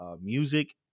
music